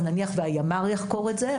אז נניח והימ"ר יחקור את זה,